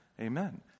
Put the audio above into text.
Amen